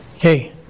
Okay